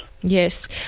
yes